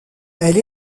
elle